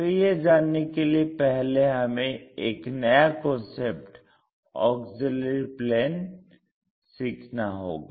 तो यह जानने के लिए पहले हमें एक नया कांसेप्ट ऑक्सिलियरी प्लेन सीखना होगा